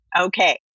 Okay